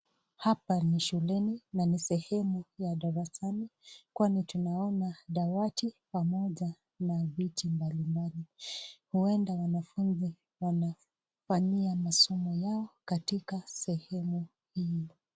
Hapa ni shuleni na ni sehemu ya darasani kwani tunaona dawati pamoja na vitu mbalimbali. Huenda wanafunzi wanafanyia masomo yao katika sehemu hili.